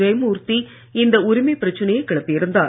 ஜெயமூர்த்தி இந்த உரிமை பிரச்சனையை கிளப்பியிருந்தார்